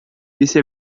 isso